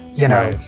you know,